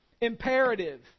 imperative